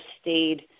stayed